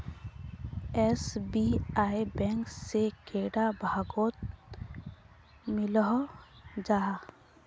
SBI bank से कैडा भागोत मिलोहो जाहा?